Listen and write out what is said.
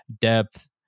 depth